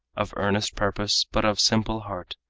of earnest purpose but of simple heart,